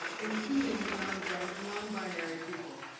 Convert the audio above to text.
including nonbinary and nonbinary people.